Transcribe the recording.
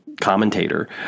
commentator